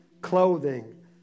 clothing